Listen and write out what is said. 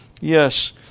yes